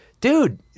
Dude